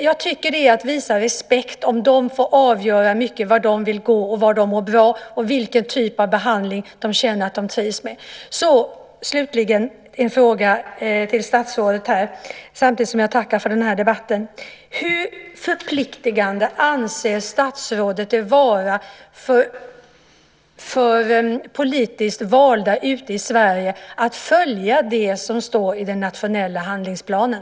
Jag tycker att det är att visa respekt för de psykiskt sjuka om de får avgöra vart de vill gå, var de mår bra och vilken typ av behandling som de känner att de trivs med. Samtidigt som jag tackar för debatten har jag slutligen en fråga till statsrådet: Hur förpliktande anser statsrådet det vara för politiskt valda ute i Sverige att följa det som står i den nationella handlingsplanen?